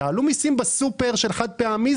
תעלו מיסים בסופר של חד-פעמי,